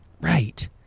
right